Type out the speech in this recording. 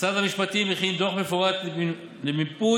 משרד המשפטים הכין דוח מפורט למיפוי